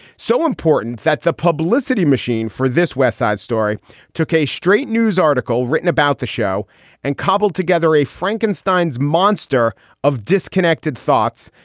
so important that the publicity machine for this west side story took a straight news article written about the show and cobbled together a frankenstein's monster of disconnected thoughts.